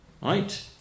right